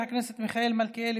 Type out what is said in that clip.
חברת הכנסת מאי גולן,